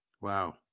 Wow